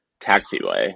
taxiway